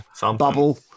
Bubble